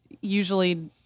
usually